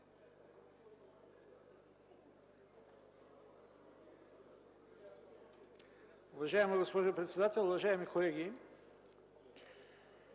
Уважаеми господин председател, уважаеми колеги!